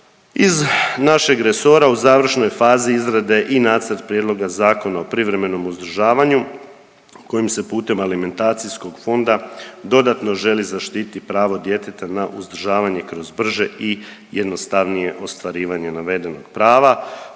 iz našeg resora u završnoj fazi izrade i nacrt prijedloga Zakona o privremenom uzdržavanju kojim se putem alimentacijskog fonda, dodatno želi zaštititi pravo djeteta na uzdržavanje kroz brže i jednostavnije ostvarivanje navedenog prava,